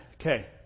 okay